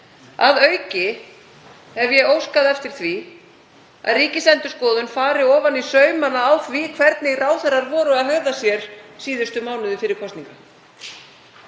Að auki hef ég óskað eftir því að Ríkisendurskoðun fari ofan í saumana á því hvernig ráðherrar hegðuðu sér síðustu mánuði fyrir kosningar.